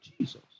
Jesus